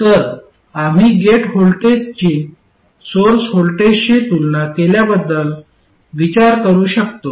तर आम्ही गेट व्होल्टेजची सोर्स व्होल्टेजशी तुलना केल्याबद्दल विचार करू शकतो